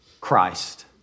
Christ